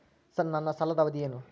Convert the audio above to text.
ನನ್ನ ಸಾಲದ ಅವಧಿ ಏನು?